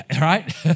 right